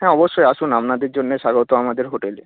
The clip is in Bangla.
হ্যাঁ অবশ্যই আসুন আপনাদের জন্যে স্বাগত আমাদের হোটেলে